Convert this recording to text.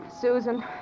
Susan